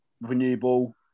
renewable